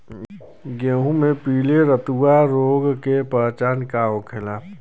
गेहूँ में पिले रतुआ रोग के पहचान का होखेला?